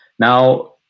Now